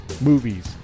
movies